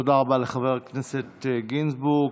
תודה רבה לחבר הכנסת גינזבורג.